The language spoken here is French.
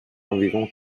environ